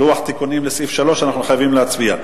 לוח תיקונים לסעיף 3. אנחנו חייבים להצביע.